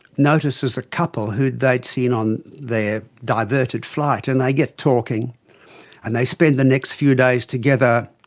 noticed there's a couple who they had seen on their diverted flight and they get talking and they spend the next few days together,